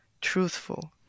truthful